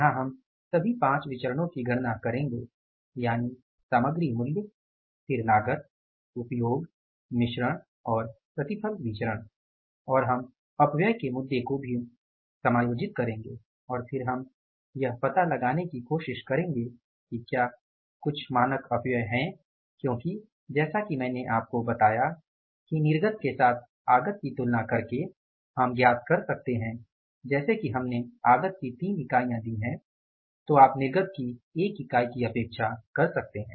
यहां हम सभी 5 विचरणो की गणना करेंगे यानि सामग्री मूल्य फिर लागत उपयोग मिश्रण और प्रतिफल विचरण और हम अपव्यय के मुद्दे को भी समायोजित करेंगे और फिर हम यह पता लगाने की कोशिश करेंगे कि क्या कुछ मानक अपव्यय है क्योंकि जैसा कि मैंने आपको बताया कि निर्गत के साथ आगत की तुलना करके हम ज्ञात कर सकते हैं जैसे कि हमने आगत की तीन इकाइयाँ दी हैं तो आप निर्गत की 1 इकाई की अपेक्षा कर सकते हैं